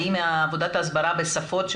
האם עבודת ההסברה בשפות,